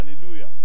Hallelujah